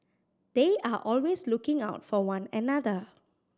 they are always looking out for one another